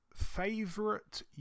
Favorite